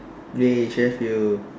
!yay! Sheffield